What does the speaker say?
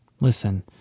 Listen